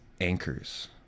anchors